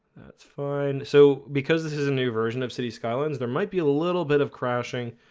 that's fine so because this is a new version of city skylines, there might be a little bit of crashing